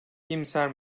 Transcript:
iyimser